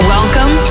Welcome